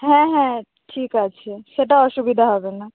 হ্যাঁ হ্যাঁ ঠিক আছে সেটা অসুবিধা হবে না